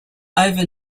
over